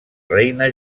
reina